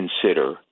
consider